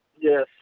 Yes